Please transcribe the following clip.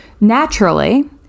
Naturally